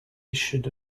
issued